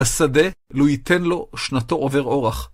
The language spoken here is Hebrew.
השדה לו ייתן לו שנתו עובר אורח.